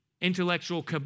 intellectual